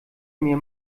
mir